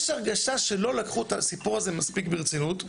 ישנה הרגשה שלא לקחו את הסיפור הזה מספיק ברצינות,